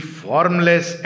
formless